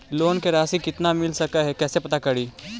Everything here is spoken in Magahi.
लोन के रासि कितना मिल सक है कैसे पता करी?